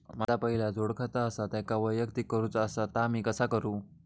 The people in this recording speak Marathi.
माझा पहिला जोडखाता आसा त्याका वैयक्तिक करूचा असा ता मी कसा करू?